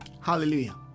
Hallelujah